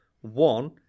One